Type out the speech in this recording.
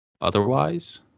otherwise